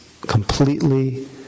completely